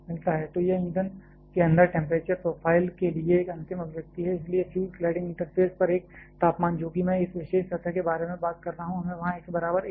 तो यह ईंधन के अंदर टेंपरेचर प्रोफ़ाइल के लिए एक अंतिम अभिव्यक्ति है इसलिए फ्यूल क्लैडिंग इंटरफ़ेस पर एक तापमान जो कि मैं इस विशेष सतह के बारे में बात कर रहा हूं हमें वहां x बराबर a रखना होगा